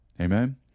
Amen